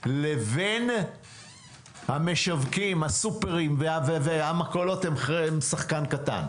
לבין המשווקים, הסופרים, והמכולות כשחקן קטן.